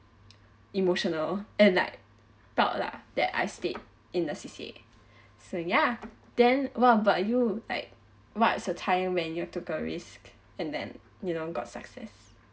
emotional and like proud lah that I stayed in the C_C_A_ so ya then what about you like what's a time when you have took a risk and then you know got success